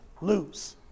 lose